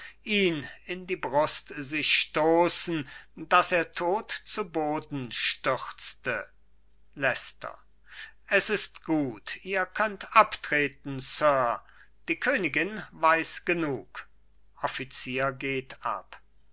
ihn in die brust sich stoßen daß er tot zu boden stürzte leicester es ist gut ihr könnt abtreten sir die königin weiß genug offizier geht ab